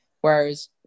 whereas